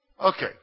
Okay